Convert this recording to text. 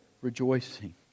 rejoicing